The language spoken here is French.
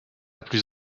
plus